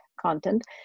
content